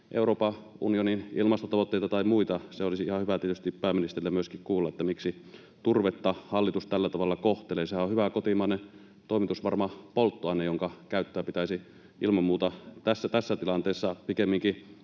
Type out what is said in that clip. Euroopan unionin ilmastotavoitteita tai muita? Se olisi ihan hyvä tietysti pääministeriltä myöskin kuulla, että miksi hallitus kohtelee turvetta tällä tavalla. Sehän on hyvä kotimainen, toimitusvarma polttoaine, jonka käyttöä pitäisi ilman muuta tässä tilanteessa pikemminkin